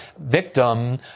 victim